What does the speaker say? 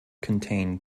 contain